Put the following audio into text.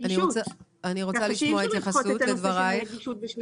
חוק רישוי עסקים מחייב נגישות.